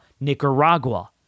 Nicaragua